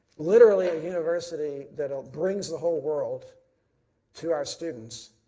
literally a university that ah brings the whole world to our students,